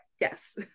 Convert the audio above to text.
Yes